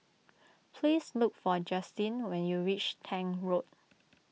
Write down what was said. please look for Justyn when you reach Tank Road